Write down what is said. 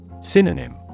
Synonym